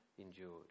endured